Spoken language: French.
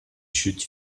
chutes